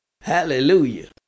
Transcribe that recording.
Hallelujah